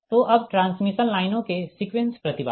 तो अब ट्रांसमिशन लाइनों के सीक्वेंस प्रति बाधा